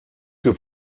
que